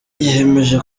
yemeje